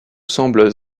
semblent